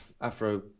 afro